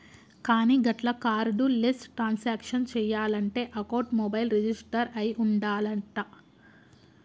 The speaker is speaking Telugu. కానీ గట్ల కార్డు లెస్ ట్రాన్సాక్షన్ చేయాలంటే అకౌంట్ మొబైల్ రిజిస్టర్ అయి ఉండాలంట